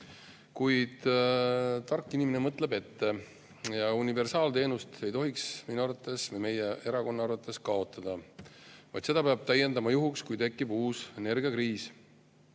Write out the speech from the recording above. tark inimene mõtleb ette. Universaalteenust ei tohiks minu ja meie erakonna arvates kaotada, vaid seda peab täiendama, juhuks kui tekib uus energiakriis.